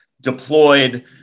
deployed